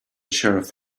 sheriff